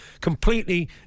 completely